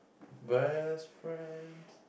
best friends